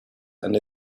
and